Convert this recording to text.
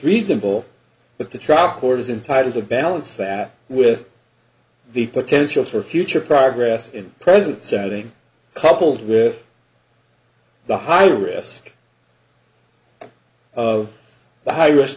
reasonable but the trial court is entitled to balance that with the potential for future progress in present setting coupled with the high risk of the high risk